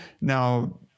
Now